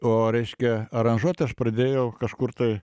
o reiškia aranžuot tai aš pradėjau kažkur tai